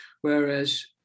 whereas